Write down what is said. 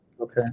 okay